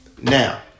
Now